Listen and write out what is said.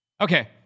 Okay